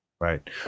Right